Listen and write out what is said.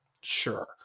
Sure